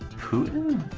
putin